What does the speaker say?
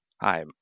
Hi